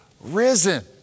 risen